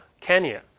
Kenya